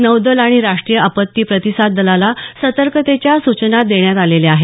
नौदल आणि राष्टीय आपत्ती प्रतिसाद दलाला सतर्कतेच्या सूचना देण्यात आल्या आहेत